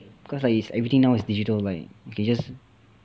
cause like it's everything now is digital like you can just